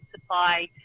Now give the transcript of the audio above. supply